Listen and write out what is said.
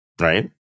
right